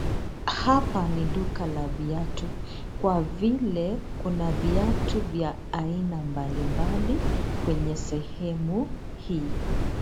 Hapa ni duka la viatu, kwa vile kuna viatu vya aina mbali mbali kwenye sehemu hii.